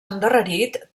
endarrerit